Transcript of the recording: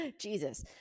Jesus